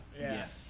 Yes